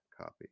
copy